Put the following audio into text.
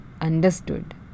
understood